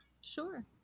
Sure